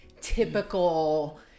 typical